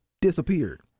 disappeared